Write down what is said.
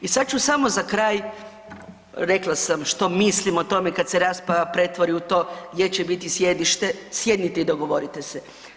I sad ću samo za kraj, rekla sam što mislim o tome kad se rasprava pretvori u to gdje će biti sjedište, sjednite i dogovorite se.